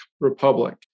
republic